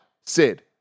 Sid